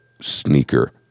sneaker